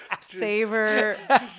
savor